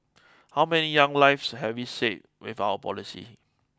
how many young lives have we saved with our policy